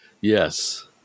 Yes